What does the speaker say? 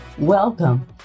welcome